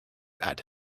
add